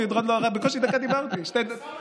בקושי דיברתי דקה.